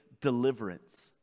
deliverance